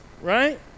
right